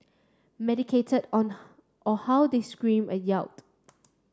medicated on or how they screamed and yelled